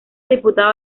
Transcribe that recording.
diputado